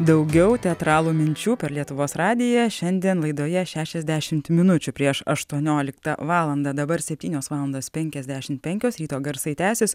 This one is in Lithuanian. daugiau teatralų minčių per lietuvos radiją šiandien laidoje šešiasdešimt minučių prieš aštuonioliktą valandą dabar septynios valandos penkiasdešimt penkios ryto garsai tęsis